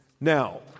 Now